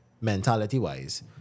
mentality-wise